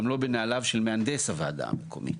גם לא בנעליו של מהנדס הוועדה המקומית.